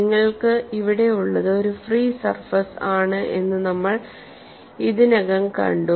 നിങ്ങൾക്ക് ഇവിടെ ഉള്ളത് ഒരു ഫ്രീ സർഫസ് ആണ് എന്ന് നമ്മൾ ഇതിനകം കണ്ടു